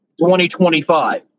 2025